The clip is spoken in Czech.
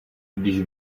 když